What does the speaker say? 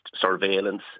surveillance